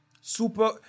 super